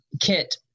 kit